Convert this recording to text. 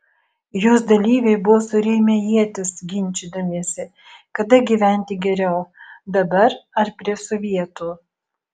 jos dalyviai buvo surėmę ietis ginčydamiesi kada gyventi geriau dabar ar prie sovietų